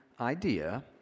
idea